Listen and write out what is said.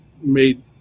made